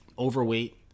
overweight